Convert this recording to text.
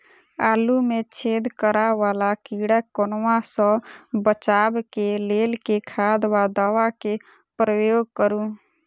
आलु मे छेद करा वला कीड़ा कन्वा सँ बचाब केँ लेल केँ खाद वा दवा केँ प्रयोग करू?